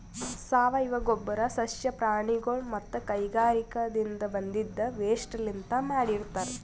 ಸಾವಯವ ಗೊಬ್ಬರ್ ಸಸ್ಯ ಪ್ರಾಣಿಗೊಳ್ ಮತ್ತ್ ಕೈಗಾರಿಕಾದಿನ್ದ ಬಂದಿದ್ ವೇಸ್ಟ್ ಲಿಂತ್ ಮಾಡಿರ್ತರ್